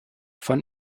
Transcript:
von